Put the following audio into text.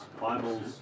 Bibles